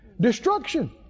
destruction